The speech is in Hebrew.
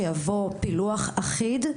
שיהיה פילוח אחיד,